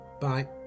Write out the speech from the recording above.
bye